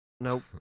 Nope